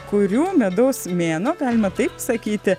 kurių medaus mėnuo galima taip sakyti